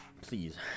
Please